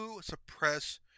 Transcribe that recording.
suppress